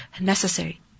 necessary